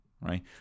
right